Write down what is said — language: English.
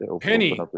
penny